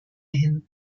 hin